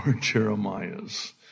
Jeremiah's